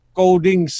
coding